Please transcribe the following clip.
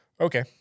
okay